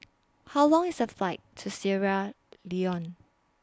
How Long IS The Flight to Sierra Leone